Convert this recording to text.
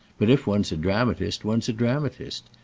but if one's a dramatist one's a dramatist,